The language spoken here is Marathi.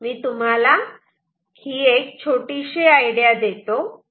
मी तुम्हाला एक छोटीशी आइडिया देतो